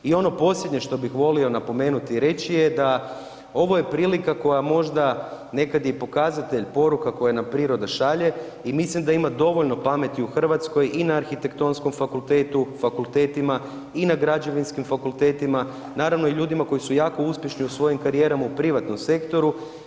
I ono posljednje što bih volio napomenuti i reći je da, ovo je prilika koja možda nekad je i pokazatelj poruka koje nam priroda šalje i mislim da ima dovoljno pameti u Hrvatskoj i na arhitektonskom fakultetu, fakultetima, i na građevinskim fakultetima, naravno i ljudima koji su jako uspješni u svojim karijerama u privatnom sektoru.